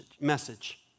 message